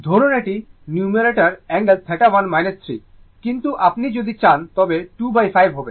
ধরুন এটি numerator angle 1 3 কিন্তু আপনি যদি চান তবে এটি 25 হবে